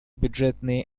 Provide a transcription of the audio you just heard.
бюджетные